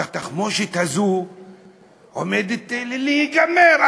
התחמושת הזאת עומדת להיגמר,